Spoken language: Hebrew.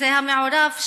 זה המעורב,